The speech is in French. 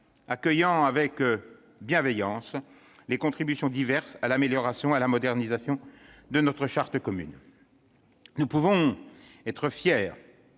accueillant avec bienveillance les contributions diverses à l'amélioration et la modernisation de notre charte commune. Nous pouvons être fiers